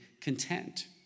content